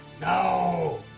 no